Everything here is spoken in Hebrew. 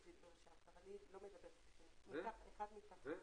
אני מתכבדת לפתוח את ישיבת ועדת המדע והטכנולוגיה,